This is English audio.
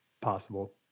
possible